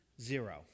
Zero